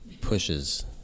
pushes